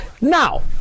now